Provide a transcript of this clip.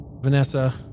Vanessa